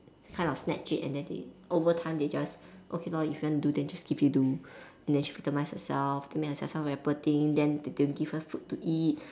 kinda of snatched it and then they overtime they just okay lor if you want to do then just give you do and then she victimise herself make herself sound very poor thing then they don't give her food to eat